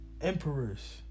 emperors